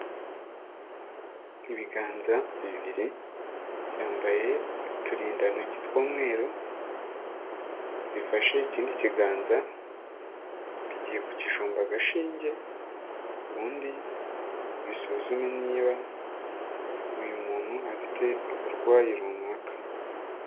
Ibiganza bibiri, byambaye uturindantoki tw'umweru, bifashe ikindi kiganza, bigiye kukijomba agashinge, ubundi bisuzume niba uyu muntu afite uburwayi runaka.